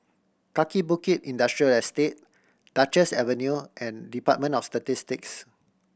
Kaki Bukit Industrial Estate Duchess Avenue and Department of Statistics